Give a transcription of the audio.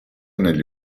negli